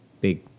big